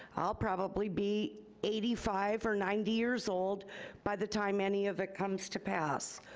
i'll probably be eighty five or ninety years old by the time any of it comes to pass.